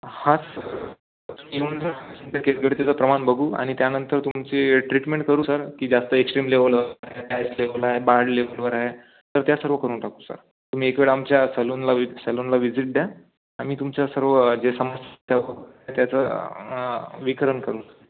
हां येऊन जा तुमच्या केसगळतीचं प्रमाण बघू आणि त्यानंतर तुमची ट्रीटमेंट करू सर की जास्त एक्श्ट्रीम लेवलवर लेवल आहे बाल्ड लेवलवर आहे तर त्या सर्व करून टाकू सर तुम्ही एकवेळ आमच्या सलूनला वि सलूनला विजिट द्या आम्ही तुमच्या सर्व जे समस्या त्या त्याचं विकरण करू सर